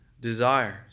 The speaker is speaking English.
desires